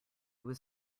was